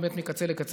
באמת מקצה לקצה,